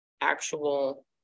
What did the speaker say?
actual